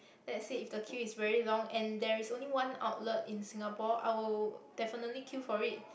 let's say if the queue is very long and there is only one outlet in Singapore I will definitely queue for it